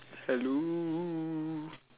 hello